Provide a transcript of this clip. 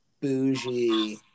bougie